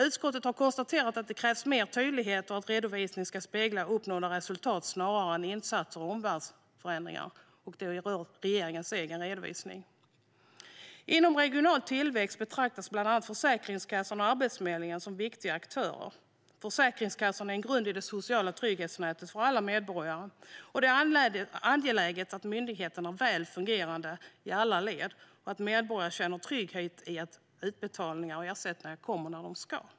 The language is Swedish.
Utskottet har konstaterat att det krävs mer tydlighet och att redovisningen ska spegla uppnådda resultat snarare än insatser och omvärldsförändringar. Det rör regeringens egen redovisning. Inom regional tillväxt betraktas bland annat Försäkringskassan och Arbetsförmedlingen som viktiga aktörer. Försäkringskassan är grunden i det sociala trygghetsnätet för alla medborgare, och det är angeläget att myndigheten är väl fungerande i alla led och att medborgare känner trygghet i att utbetalningar och ersättningar kommer när de ska.